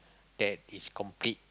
that is complete